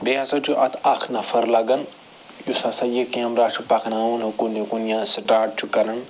بیٚیہِ ہَسا چھُ اتھ اکھ نفر لگان یُس ہَسا یہِ کیمرا چھُ پکناوان اُکُن یِکُن یا سِٹاٹ چھُ کران